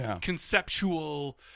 conceptual